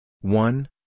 one